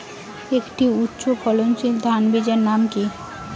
একটি উচ্চ ফলনশীল ধানের বীজের নাম কী?